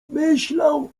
myślał